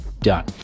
Done